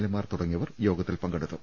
എമാർ തുടങ്ങിയവർ യോഗ ത്തിൽ പങ്കെടുത്തു